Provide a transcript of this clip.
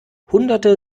hunderte